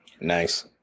Nice